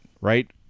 right